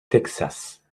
texas